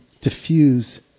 diffuse